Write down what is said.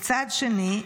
כצעד שני,